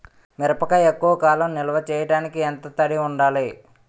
మిరపకాయ ఎక్కువ కాలం నిల్వ చేయటానికి ఎంత తడి ఉండాలి?